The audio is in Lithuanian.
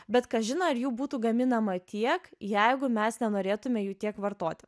bet kažin ar jų būtų gaminama tiek jeigu mes nenorėtume jų tiek vartoti